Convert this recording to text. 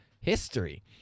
history